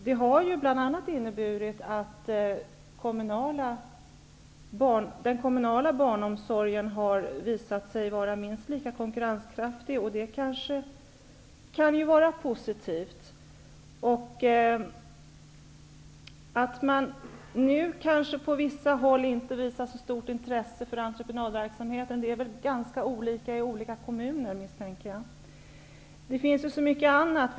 Det har bl.a. inneburit att den kommunala barnomsorgen har visat sig vara minst lika konkurrenskraftig. Det kan vara positivt. Jag misstänker att intresset för entreprenadverksamhet är olika i olika kommuner. Det finns så mycket annat.